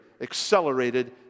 accelerated